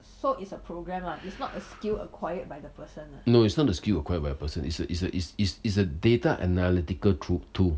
so it's a programme lah it's not a skill acquired by the person no it's not the skill acquired by a person is is is is is a data analytical tru~ tool